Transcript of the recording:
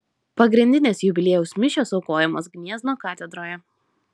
pagrindinės jubiliejaus mišios aukojamos gniezno katedroje